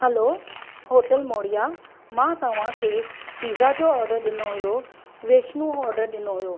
hello hotel Maurya मां तव्हांखे pizza जो ऑडर ॾिनो हुओऑडर वैष्णू ऑर्डर ॾिनो हुओ